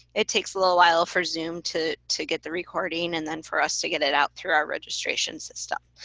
it takes a little while for zoom to to get the recording, and then for us to get it out through our registrations and stuff.